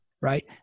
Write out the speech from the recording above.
right